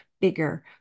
bigger